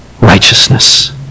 righteousness